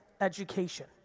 education